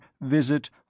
visit